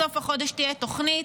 בסוף החודש תהיה תוכנית.